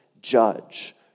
judge